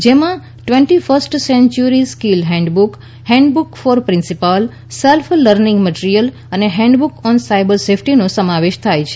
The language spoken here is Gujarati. જેમાં twenty first century skill handbook handbook for principal self learning material અને હેન્ડબુક ઓન સાયબર સેફ્ટીનો સમાવેશ થાય છે